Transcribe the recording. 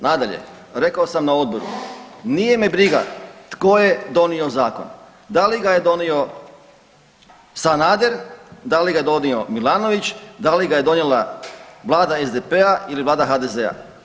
Nadalje, rekao sam na odboru, nije me briga tko je donio zakon, da li ga je donio Sanader, da li ga je donio Milanović, da li ga je donijela Vlada SDP-a ili Vlada HDZ-a.